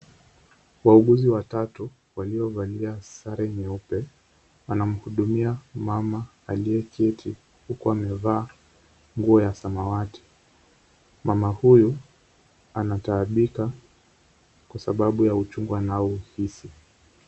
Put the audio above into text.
Wauguzi watatu waliovalia sare nyeupe wanamhudumia mama aliyeketi huku amevaa nguo ya samawati. Mama huyu anataabika kwa sababu ya uchungu anaouhisi.